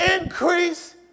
increase